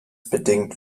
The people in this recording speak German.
bedingt